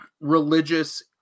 religious